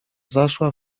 zaszła